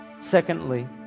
Secondly